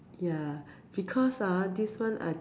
ya because ah this one I